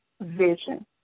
vision